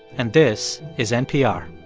and this is npr